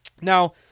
Now